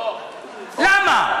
למה?